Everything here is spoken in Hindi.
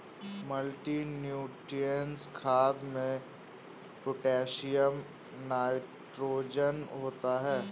मल्टीनुट्रिएंट खाद में पोटैशियम नाइट्रोजन होता है